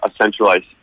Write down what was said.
centralized